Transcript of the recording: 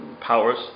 powers